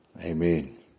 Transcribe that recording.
Amen